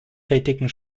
tätigen